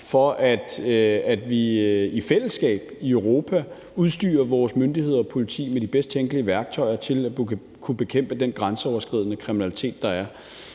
for, at vi i fællesskab i Europa udstyrer vores myndigheder og politi med de bedst tænkelige værktøjer til at kunne bekæmpe den grænseoverskridende kriminalitet, der er.